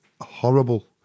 horrible